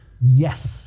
yes